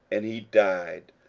and he died,